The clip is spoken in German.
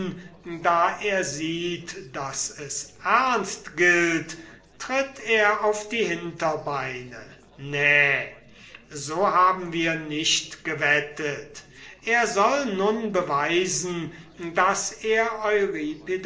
da er sieht daß es ernst gilt tritt er auf die hinterbeine nä so haben wir nicht gewettet er soll nun beweisen daß er